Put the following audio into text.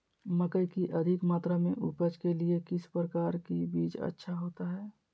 मकई की अधिक मात्रा में उपज के लिए किस प्रकार की बीज अच्छा होता है?